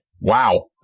Wow